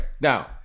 now